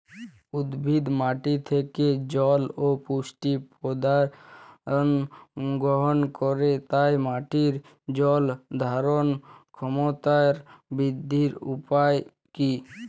উদ্ভিদ মাটি থেকে জল ও পুষ্টি উপাদান গ্রহণ করে তাই মাটির জল ধারণ ক্ষমতার বৃদ্ধির উপায় কী?